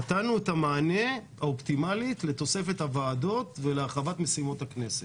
נתנו את המענה האופטימלי לתוספת הוועדות ולהרחבת משימות הכנסת.